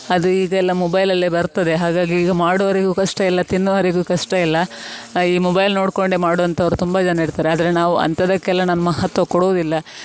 ಅದು ಈಗ ಎಲ್ಲ ಮೊಬೈಲಲ್ಲೆ ಬರ್ತದೆ ಹಾಗಾಗಿ ಈಗ ಮಾಡಿವವರಿಗು ಕಷ್ಟ ಇಲ್ಲ ತಿನ್ನುವವರಿಗು ಕಷ್ಟ ಇಲ್ಲ ಈ ಮೊಬೈಲ್ ನೋಡಿಕೊಂಡೆ ಮಾಡುವಂಥವ್ರು ತುಂಬ ಜನ ಇರ್ತಾರೆ ಆದರೆ ನಾವು ಅಂಥದಕ್ಕೆಲ್ಲ ನಾನು ಮಹತ್ವ ಕೊಡುವುದಿಲ್ಲ